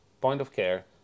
point-of-care